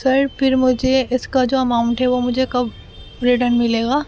سر پھر مجھے اس کا جو اماؤنٹ ہے وہ مجھے کب ریٹرن ملے گا